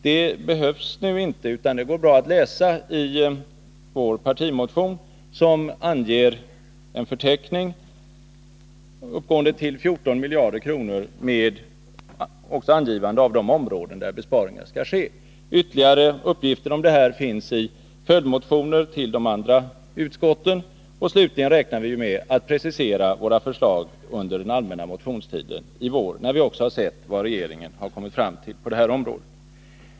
Det behövs nu inte, utan det går bra att läsa i vår partimotion som upptar en förteckning över besparingar, uppgående till 14 miljarder kronor, där vi också anger de områden på vilka besparingar skall ske. Ytterligare uppgifter om det här finns i följdmotioner till de andra utskotten. Och slutligen räknar vi ju med att precisera förslag under den allmänna motionstiden i vår, när vi också har sett vad regeringen har kommit fram till på det här området.